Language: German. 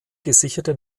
gesicherte